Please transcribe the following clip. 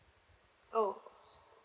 oh